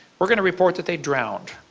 are going to report that they drowned.